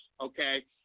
okay